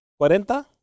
cuarenta